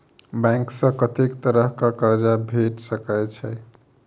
Bank सऽ कत्तेक तरह कऽ कर्जा भेट सकय छई?